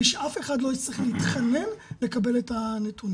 שאף אחד לא יצטרך להתחנן לקבל את הנתונים.